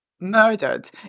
murdered